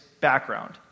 background